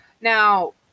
now